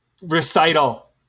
recital